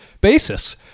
basis